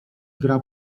gra